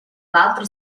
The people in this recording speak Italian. l’altro